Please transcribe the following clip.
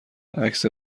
عکس